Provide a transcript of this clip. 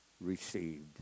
received